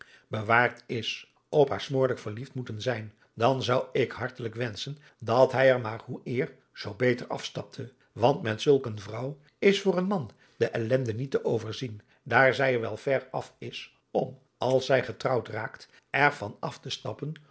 bewaard is op haar smoorlijk verliefd moeten zijn dan zou ik hartelijk wenschen dat hij er maar hoe eer zoo beter afstapte want met zulk een vrouw is voor een man de ellende niet te overzien daar zij er wel ver af is om als zij getrouwd raakt er van af te stappen